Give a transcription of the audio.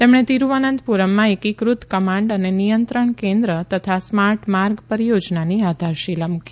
તેમણે તિરુવનંતપુરમમાં એકીફત કમાંડ અને નિયંત્રણ કેન્દ્ર તથા સ્માર્ટ માર્ગ પરીયોજનાની આધારશીલા મુકી